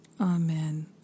Amen